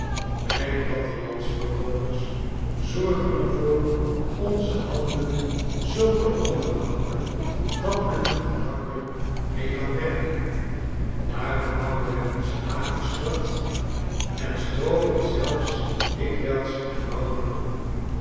wij plattelandsbewoners zorgen er voor onze handen zoo te onderhouden dat men er gemakkelijk mee kan werken daarom houden wij onze nagels kort en stroopen zelfs dikwijls de mouwen op